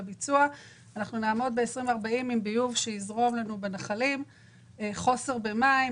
נעמוד ב-2040 עם ביוב שיזרום בנחלים וחוסר במים.